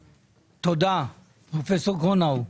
תודה, פרופ' גרונאו.